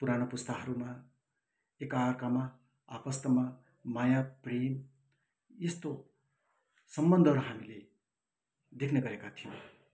पुरानु पुस्ताहरूमा एकअर्कामा आपस्तमा माया प्रेम यस्तो सम्बन्धहरू हामीले देख्ने गरेका थियौँ